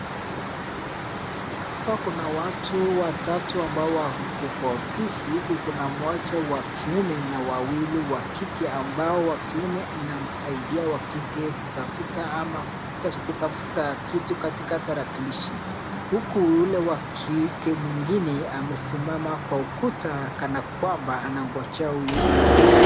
Hapa kuna watu watatu ambao wako kwa ofisi, huku kuna mmoja wa kiume na wawili wa kike, ambao wa kiume anamsaidia wa kike kutafuta ama, kutafuta kitu katika tarakilishi. Huku yule wa kike mwingine amesimama kwa ukuta kana kwamba anangojea huyu asaidike.